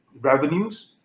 revenues